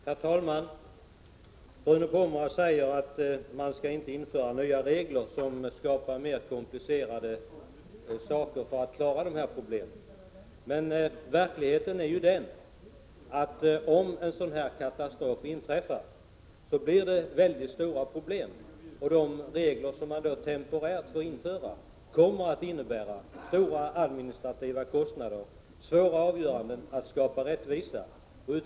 Herr talman! Bruno Poromaa säger att man inte, för att klara de här problemen, skall införa nya regler som skapar mer komplicerade förhållanden. Men verkligheten är den, att om en sådan här katastrof inträffar blir det mycket stora problem. De regler som man då temporärt finge införa skulle innebära stora administrativa kostnader och svåra avgöranden när det gäller att skapa rättvisa.